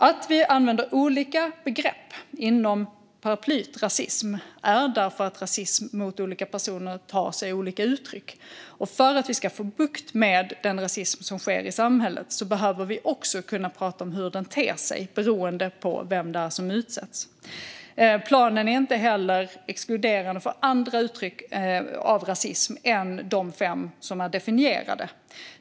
Att vi använder olika begrepp inom paraplyet rasism beror på att rasism mot olika personer tar sig olika uttryck. För att vi ska få bukt med den rasism som förekommer i samhället behöver vi också kunna prata om hur den ter sig beroende på vem det är som utsätts. Planen exkluderar heller inte andra uttryck för rasism än de fem som definieras.